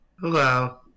Hello